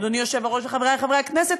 אדוני היושב-ראש וחברי חברי הכנסת,